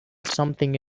something